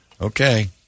Okay